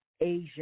Asia